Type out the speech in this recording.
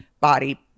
body